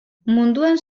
munduan